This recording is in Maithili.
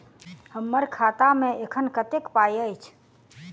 हम्मर खाता मे एखन कतेक पाई अछि?